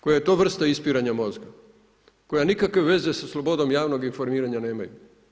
Koja je to vrsta ispiranja novca, koja nikakve veze sa slobodom javnog informiranja nemaju.